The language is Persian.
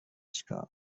چیکار